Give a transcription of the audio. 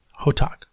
Hotak